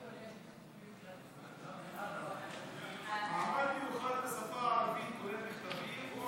אנחנו מכריזים היום שאנחנו נשמור על מגילת העצמאות על כל חלקיה.